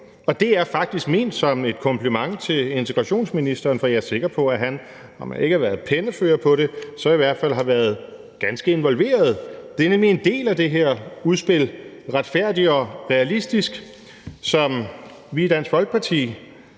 og det er faktisk ment som et kompliment til integrationsministeren, for jeg er sikker på, at han, om han ikke har været pennefører på det, så i hvert fald har været ganske involveret. Det er nemlig en del af det her udspil »Retfærdig og realistisk – en udlændingepolitik